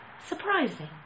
surprising